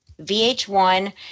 VH1